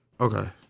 Okay